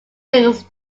things